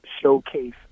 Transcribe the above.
showcase